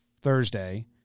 Thursday